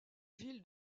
ville